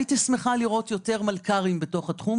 הייתי שמחה לראות יותר מלכ"רים בתוך התחום